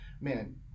man